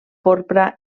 porpra